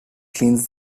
cleans